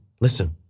listen